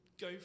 go